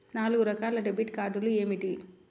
నాలుగు రకాల డెబిట్ కార్డులు ఏమిటి?